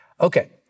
Okay